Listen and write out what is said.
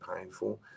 painful